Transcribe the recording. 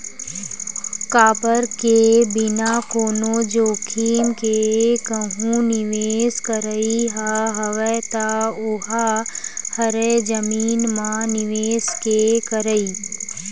काबर के बिना कोनो जोखिम के कहूँ निवेस करई ह हवय ता ओहा हरे जमीन म निवेस के करई